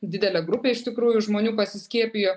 didelė grupė iš tikrųjų žmonių pasiskiepijo